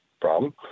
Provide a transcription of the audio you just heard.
problem